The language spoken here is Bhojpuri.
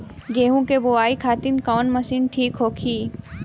गेहूँ के बुआई खातिन कवन मशीन ठीक होखि?